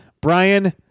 Brian